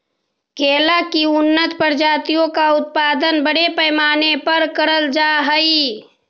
केला की उन्नत प्रजातियों का उत्पादन बड़े पैमाने पर करल जा हई